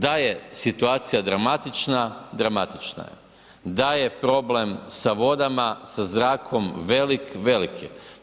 Da je situacija dramatična, dramatična je, da je problem sa vodama, sa zrakom velik, velik je.